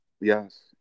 Yes